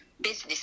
business